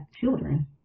children